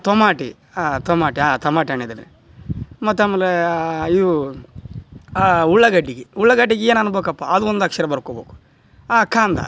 tomato tomato tomato ಹಣ್ ಇದೆ ರಿ ಮತ್ತು ಆಮೇಲೆ ಇವು ಉಳ್ಳಗಡ್ಡಿಗೆ ಉಳ್ಳಗಡ್ಡಿಗೆ ಏನು ಅನ್ಬೇಕಪ್ಪ ಅದು ಒಂದು ಅಕ್ಷರ ಬರ್ಕೊಬೇಕು ಕಾಂದಾ